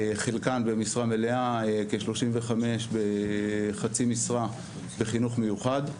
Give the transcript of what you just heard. חלקן במשרה מלאה, כ-35 בחצי משרה, בחינוך מיוחד.